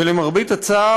ולמרבה הצער,